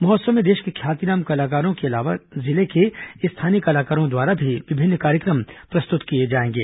महोत्सव में देश के ख्यातिनाम कलाकारों के अलावा जिले के स्थानीय कलाकारों द्वारा भी विभिन्न कार्यक्रम प्रस्तुत किए जाएंगे